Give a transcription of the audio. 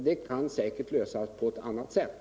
Det kan säkerligen lösas på ett annat sätt.